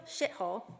shithole